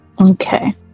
Okay